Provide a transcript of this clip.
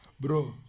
Bro